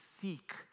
seek